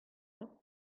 mañ